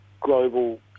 global